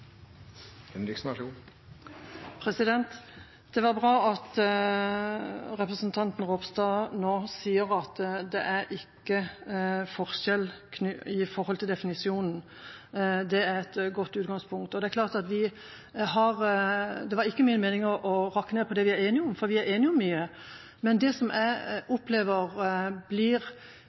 bra at representanten Ropstad nå sier at det ikke er forskjell i forhold til definisjonen. Det er et godt utgangspunkt. Det var ikke min mening å rakke ned på det vi er enige om – for vi er enige om mye – men det som jeg opplever blir